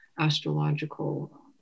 astrological